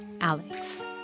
Alex